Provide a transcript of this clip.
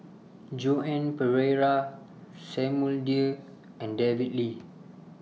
Joan Pereira Samuel Dyer and David Lee